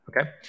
okay